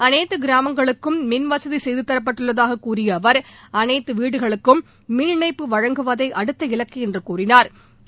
அனைத்து கிராமங்களுக்கும் மின்வசதி செய்துதரப்பட்டுள்ளதாக கூறிய அவர் அனைத்து வீடுகளுக்கும் மின்இணைப்பு வழங்குவதே அடுத்த இலக்கு என்று தெரிவித்தாா்